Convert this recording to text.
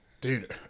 Dude